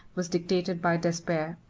was dictated by despair.